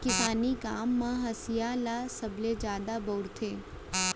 किसानी काम म हँसिया ल सबले जादा बउरथे